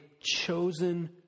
chosen